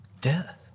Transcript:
Death